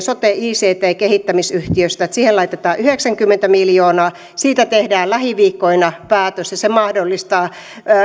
sote ict kehittämisyhtiöstä että siihen laitetaan yhdeksänkymmentä miljoonaa siitä tehdään lähiviikkoina päätös ja se mahdollistaa